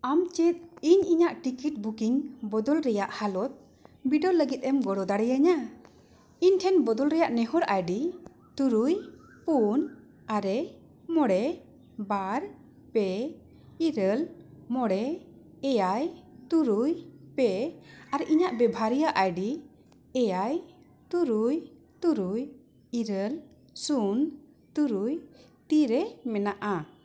ᱟᱢ ᱪᱮᱫ ᱤᱧ ᱤᱧᱟᱹᱜ ᱴᱤᱠᱤᱴ ᱵᱩᱠᱤᱝ ᱵᱚᱫᱚᱞ ᱨᱮᱭᱟᱜ ᱦᱟᱞᱚᱛ ᱵᱤᱰᱟᱹᱣ ᱞᱟᱹᱜᱤᱫ ᱮᱢ ᱜᱚᱲᱚ ᱫᱟᱲᱮᱭᱤᱧᱟ ᱤᱧᱴᱷᱮᱱ ᱵᱚᱫᱚᱞ ᱨᱮᱭᱟᱜ ᱱᱮᱦᱚᱨ ᱟᱭᱰᱤ ᱛᱩᱨᱩᱭ ᱯᱩᱱ ᱟᱨᱮ ᱢᱚᱬᱮ ᱵᱟᱨ ᱯᱮ ᱤᱨᱟᱹᱞ ᱢᱚᱬᱮ ᱮᱭᱟᱭ ᱛᱩᱨᱩᱭ ᱯᱮ ᱟᱨ ᱤᱧᱟᱹᱜ ᱵᱮᱵᱷᱟᱨ ᱨᱮᱭᱟᱜ ᱟᱭᱰᱤ ᱮᱭᱟᱭ ᱛᱩᱨᱩᱭ ᱛᱩᱨᱩᱭ ᱤᱨᱟᱹᱞ ᱥᱩᱱ ᱛᱩᱨᱩᱭ ᱛᱩᱨᱩᱭ ᱛᱤᱨᱮ ᱢᱮᱱᱟᱜᱼᱟ